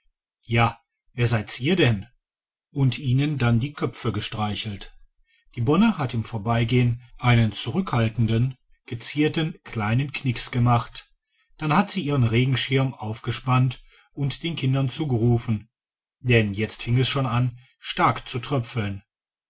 ja wer seid's ihr denn und ihnen dann die köpfe gestreichelt die bonne hat im vorbeigehen einen zurückhaltenden gezierten kleinen knicks gemacht dann hat sie ihren regenschirm aufgespannt und den kindern zugerufen denn jetzt fing es schon an stark zu tröpfeln